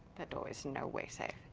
that doorway is in no way safe.